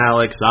Alex